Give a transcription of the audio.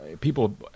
people